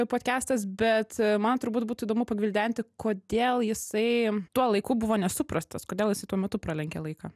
podkestas bet man turbūt būtų įdomu pagvildenti kodėl jisai tuo laiku buvo nesuprastas kodėl jisai tuo metu pralenkė laiką